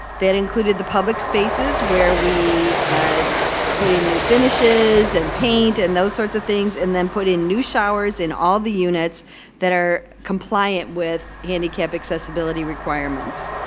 that included the public spaces where we ah put in new finishes, and paint, and those sorts of things, and then put in new showers in all the units that are compliant with handicap accessibility requirements.